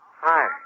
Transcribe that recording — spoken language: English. Hi